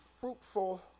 fruitful